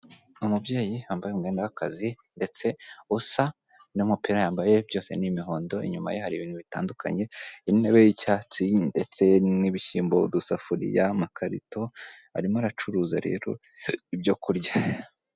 Umubyeyi yambaye umwenda w'akazi ndetse usa n'umupira yambaye byose n'imihondo, inyuma ye hari ibintu bitandukanye, intebe y'icyatsi ndetse n'ibishyimbo, udusafuriya, amakarito, arimo aracuruza rero ibyo kurya.